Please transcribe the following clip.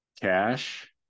cash